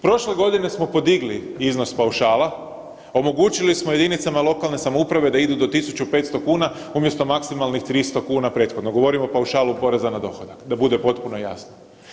Prošle godine smo podigli iznos paušala, omogućili smo jedinicama lokalne samouprave da idu do 1.500 kuna umjesto maksimalno 300 kuna prethodno, govorim o paušalu poreza na dohodak, da bude potpuno jasno.